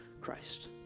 Christ